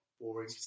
boring